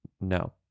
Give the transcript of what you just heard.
No